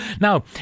Now